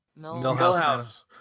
Millhouse